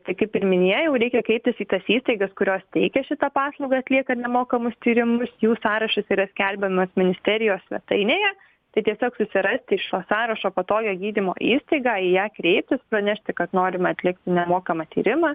tai kaip ir minėjau reikia kreiptis į tas įstaigas kurios teikia šitą paslaugą atlieka nemokamus tyrimus jų sąrašas yra skelbiamas ministerijos svetainėje tai tiesiog susirasti iš šio sąrašo patogią gydymo įstaigą į ją kreiptis pranešti kad norima atlikti nemokamą tyrimą